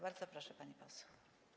Bardzo proszę, pani poseł.